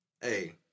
hey